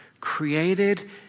created